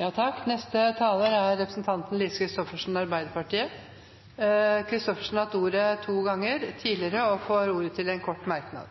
Representanten Lise Christoffersen har hatt ordet to ganger tidligere i debatten og får ordet til en kort merknad,